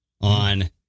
on